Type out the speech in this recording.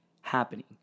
happening